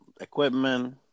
equipment